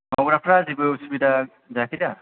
मावग्राफ्रा जेबो उसुबिदा जायाखै दा